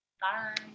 Bye